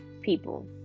people